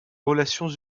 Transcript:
relations